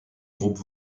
groupes